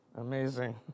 Amazing